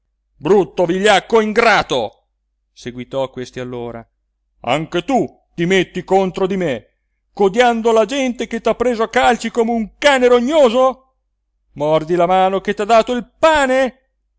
brutto vigliacco ingrato seguitò questi allora anche tu ti metti contro di me codiando la gente che t'ha preso a calci come un cane rognoso mordi la mano che t'ha dato il pane